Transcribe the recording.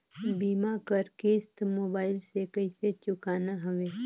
बीमा कर किस्त मोबाइल से कइसे चुकाना हवे